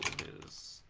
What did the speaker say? goes